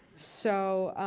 so,